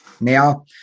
Now